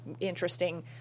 interesting